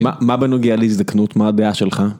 מה בנוגע להזדקנות? מה הדעה שלך?